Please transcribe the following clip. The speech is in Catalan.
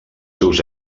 seus